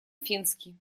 финский